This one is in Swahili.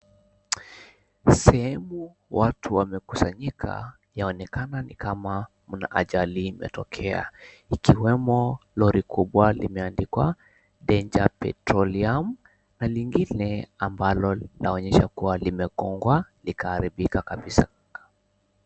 Sehemu watu wamekusanyika yaonekana kama mna ajali imetokea, ikiwemo lori kubwa limeandikwa, Danger Petroleum na lingine ambalo limeonyesha ya kuwa limekungwa na kuharibika kabisa.